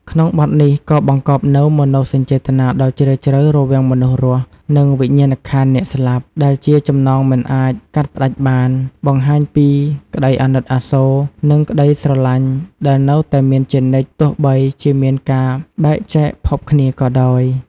ក្នុងបទនេះក៏បង្កប់នូវ មនោសញ្ចេតនាដ៏ជ្រាលជ្រៅ រវាងមនុស្សរស់ និងវិញ្ញាណក្ខន្ធអ្នកស្លាប់ ដែលជាចំណងមិនអាចកាត់ផ្តាច់បាន បង្ហាញពីក្តីអាណិតអាសូរ និងក្តីស្រឡាញ់ដែលនៅតែមានជានិច្ច ទោះបីជាមានការបែកចែកភពគ្នាក៏ដោយ។